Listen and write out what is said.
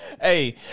Hey